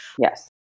Yes